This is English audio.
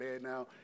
now